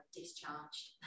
discharged